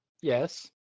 yes